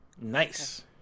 nice